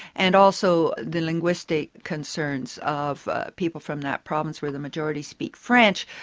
and also the linguistic concerns of ah people from that province where the majority speak french,